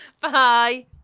Bye